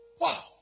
Wow